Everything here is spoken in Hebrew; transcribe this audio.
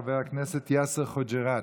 חבר הכנסת יאסר חוג'יראת,